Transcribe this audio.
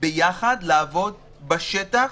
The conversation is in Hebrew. ביחד בשטח.